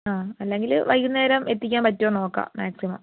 ആ അല്ലെങ്കിൽ വൈകുന്നേരം എത്തിക്കാൻ പറ്റുമോ നോക്കാം മാക്സിമം